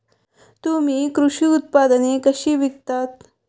तुम्ही कृषी उत्पादने कशी विकता?